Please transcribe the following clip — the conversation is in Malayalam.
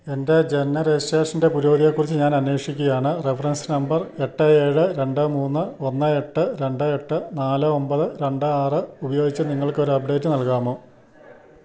എൻ്റെ ജനന രജിസ്ട്രേഷൻ്റെ പുരോഗതിയെക്കുറിച്ച് ഞാൻ അന്വേഷിക്കുകയാണ് റഫറൻസ് നമ്പർ എട്ട് ഏഴ് രണ്ട് മൂന്ന് ഒന്ന് എട്ട് രണ്ട് എട്ട് നാല് ഒമ്പത് രണ്ട് ആറ് ഉപയോഗിച്ച് നിങ്ങൾക്കൊരു അപ്ഡേറ്റ് നൽകാമോ